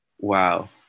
wow